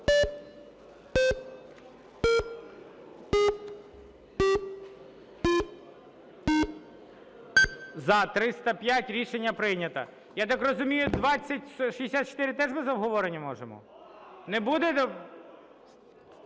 За-305 Рішення прийнято. Я так розумію, 2064 – теж без обговорення можемо? Не буде...